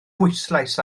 bwyslais